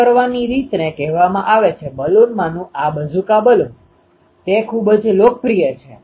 આ કરવાની એક રીતને કહેવામાં આવે છે બલૂન માનું આ બઝુકા બલૂન તે ખૂબ જ લોકપ્રિય છે